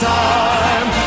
time